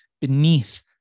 beneath